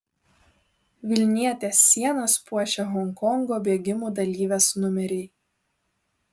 vilnietės sienas puošia honkongo bėgimų dalyvės numeriai